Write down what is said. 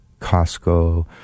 Costco